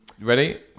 Ready